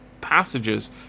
passages